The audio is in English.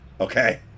okay